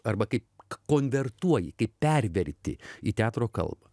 arba kaip konvertuoji kaip perverti į teatro kalbą